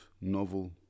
novel